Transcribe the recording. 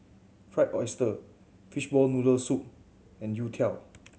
Fried Oyster fishball noodle soup and youtiao